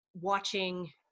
watching